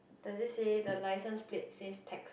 does it say the license plate says text